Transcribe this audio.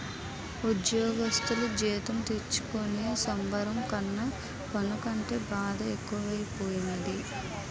ఉజ్జోగస్థులు జీతం తీసుకునే సంబరం కన్నా పన్ను కట్టే బాదే ఎక్కువైపోనాది